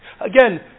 Again